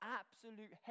absolute